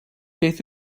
beth